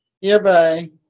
Hereby